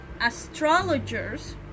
astrologers